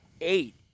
eight